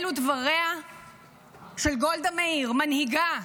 אלו דבריה של גולדה מאיר, מנהיגה.